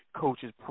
coaches